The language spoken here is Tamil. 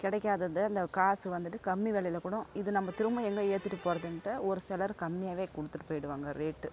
கிடைக்காதத அந்த காசு வந்துட்டு கம்மி விலைல கூடோம் இது நம்ம திரும்ப எங்கே ஏத்திகிட்டு போகிறதுன்ட்டு ஒரு சிலர் கம்மியாகவே கொடுத்துட்டு போய்டுவாங்க ரேட்டு